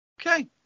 Okay